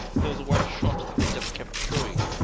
there was one shot that they just kept showing,